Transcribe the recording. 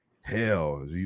hell